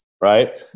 right